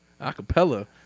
Acapella